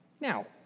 Now